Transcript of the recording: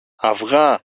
αυγά